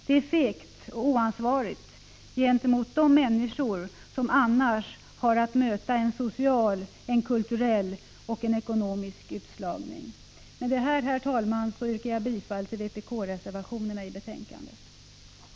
Det är fegt och oansvarigt gentemot de människor som annars har att möta en social, kulturell och ekonomisk utslagning. Med detta, herr talman, yrkar jag bifall till vpk-reservationerna i Prot. 1985/86:53 betänkandet.